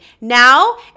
Now